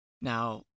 now